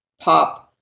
POP